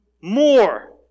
more